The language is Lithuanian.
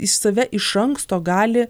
jis save iš anksto gali